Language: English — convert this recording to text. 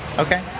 okay.